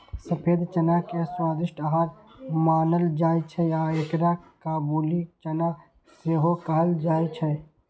सफेद चना के स्वादिष्ट आहार मानल जाइ छै आ एकरा काबुली चना सेहो कहल जाइ छै